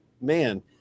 man